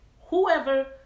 whoever